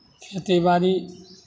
खेतीबाड़ी